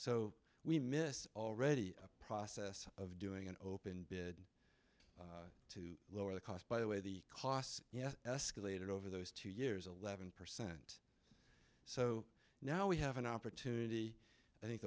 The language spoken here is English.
so we miss already a process of doing an open bid to lower the cost by the way the costs yet escalated over those two years eleven percent so now we have an opportunity i think